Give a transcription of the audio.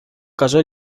cayó